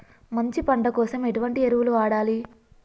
మంచి పంట కోసం ఎటువంటి ఎరువులు వాడాలి?